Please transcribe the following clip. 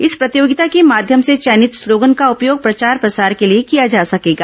इस प्रतियोगिता के माध्यम से चयनित स्लोगन का उपयोग प्रचार प्रसार के लिए किया जा सकेगा